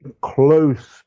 close